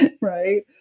right